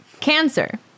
Cancer